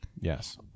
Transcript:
Yes